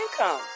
income